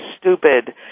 stupid